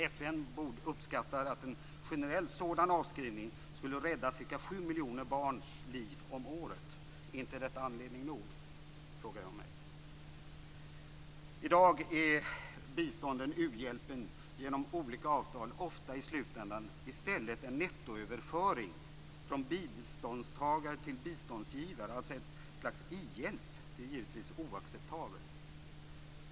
FN uppskattar att en generell sådan avskrivning skulle rädda cirka sju miljoner barns liv om året. Är inte detta anledning nog? frågar jag mig. I dag är biståndet, u-hjälpen, genom olika avtal ofta i slutändan i stället en nettoöverföring från biståndstagare till biståndsgivare, alltså ett slags i-hjälp. Detta är givetvis oacceptabelt.